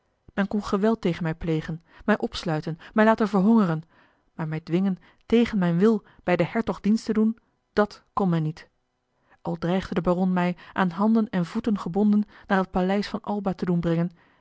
men kon geweld tegen mij plegen mij opsluiten mij laten verhongeren maar mij dwingen tegen mijn wil bij den hertog dienst te doen dàt kon men niet al dreigde de baron mij aan handen en voeten gebonden naar het paleis van alba te doen brengen